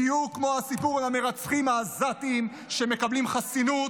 בדיוק כמו הסיפור על המרצחים העזתים שמקבלים חסינות